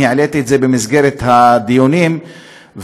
אני העליתי את זה במסגרת הדיונים ואמרתי